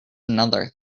another